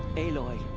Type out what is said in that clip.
aloy.